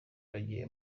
bagiye